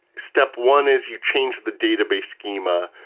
step one is you change the database schema.